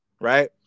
right